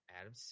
Adam